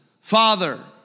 Father